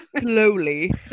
Slowly